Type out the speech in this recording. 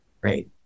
Great